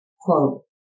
quote